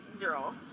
girl